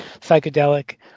psychedelic